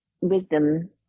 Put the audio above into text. wisdom